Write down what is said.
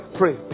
pray